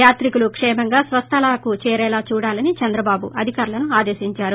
యాత్రీకులు కేమంగా స్వస్థలాలకు చేరేలా చూడాలని చంద్రబాబు అధికార్లను ఆదేశించారు